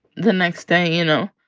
the next day, you know?